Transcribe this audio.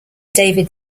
david